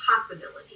possibility